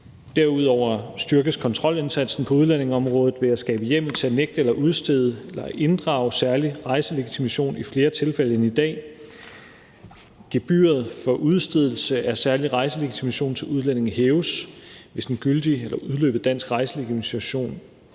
det ud på at styrke kontrolindsatsen på udlændingeområdet ved at skabe hjemmel til at nægte at udstede eller at inddrage særlig rejselegitimation i flere tilfælde end i dag. Endelig handler det om at fordoble gebyret for udstedelse af særlig rejselegitimation til udlændinge, hvis en gyldig eller udløbet dansk rejselegitimation